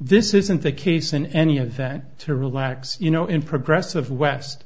this isn't the case in any event to relax you know in progress of west